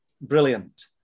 brilliant